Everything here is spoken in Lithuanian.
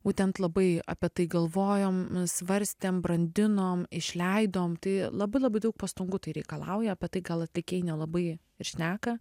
būtent labai apie tai galvojom svarstėm brandinom išleidom tai labai labai daug pastangų tai reikalauja apie tai gal atlikėjai nelabai ir šneka